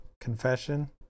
confession